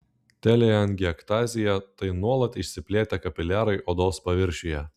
teleangiektazija tai nuolat išsiplėtę kapiliarai odos paviršiuje